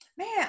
Man